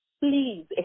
please